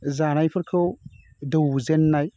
जानायफोरखौ दौजेन्नाय